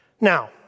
Now